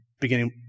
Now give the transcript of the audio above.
beginning